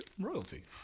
royalty